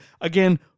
again